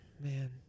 man